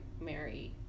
marry